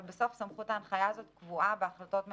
אבל סמכות ההנחיה הזאת קבועה בסוף בהחלטות ממשלה,